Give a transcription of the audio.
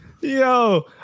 Yo